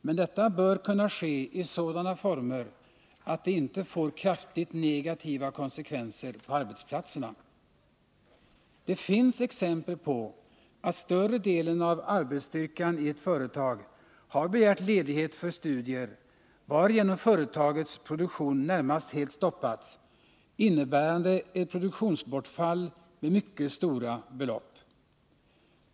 Men detta bör kunna ske i sådana former att det inte får kraftigt negativa konsekvenser på arbetsplatserna. Det finns exempel på att större delen av arbetsstyrkan i ett företag har begärt ledighet för studier, varigenom företagets produktion närmast helt stoppats, vilket inneburit ett produktionsbortfall med mycket stora belopp.